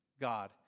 God